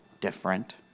different